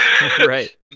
Right